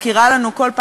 שאין לו רישיון.